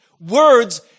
Words